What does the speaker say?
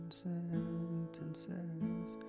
sentences